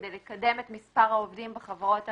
כדי לקדם את מספר העובדים בחברות הממשלתיות,